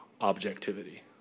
objectivity